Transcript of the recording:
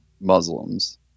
Muslims